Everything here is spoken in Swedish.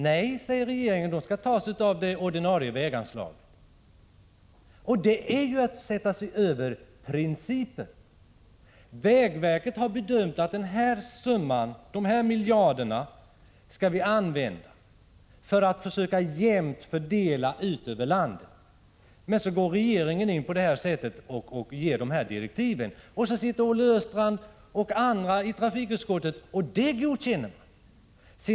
Nej, säger regeringen, pengarna skall tas av det ordinarie väganslaget. — Det är att sätta sig över principen. Vägverket har bedömt att dessa miljarder skall användas på så sätt att man försöker jämnt fördela dem över landet. Regeringen går in och ger dessa direktiv, och Olle Östrand och andra i trafikutskottet godkänner det!